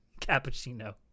Cappuccino